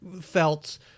felt